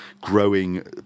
growing